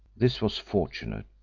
this was fortunate,